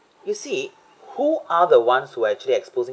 you see who are the ones who actually exposing